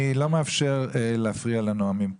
אני לא מאפשר להפריע לנואמים פה,